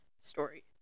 story